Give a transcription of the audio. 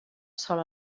sol